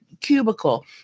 cubicle